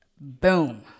boom